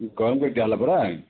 ଗରମ କରି ଦିଆହେଲା ପରା